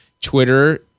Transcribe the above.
Twitter